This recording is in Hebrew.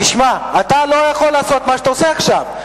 תשמע, אתה לא יכול לעשות מה שאתה עושה עכשיו.